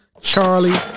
Charlie